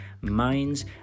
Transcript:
minds